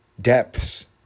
depths